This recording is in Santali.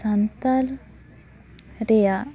ᱥᱟᱱᱛᱟᱞ ᱨᱮᱭᱟᱜ